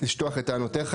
לשלוח את טענותיך,